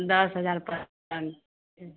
दस हजार पाँच पाॅंच हूँ